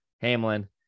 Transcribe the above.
hamlin